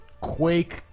Quake